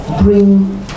bring